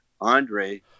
Andre